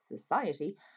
society